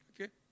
okay